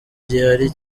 gihari